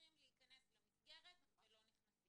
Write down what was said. שצריכים להיכנס למסגרת ולא נכנסים.